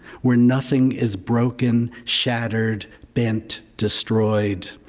where nothing is broken, shattered, bent, destroyed.